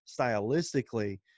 stylistically